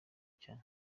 cya